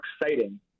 exciting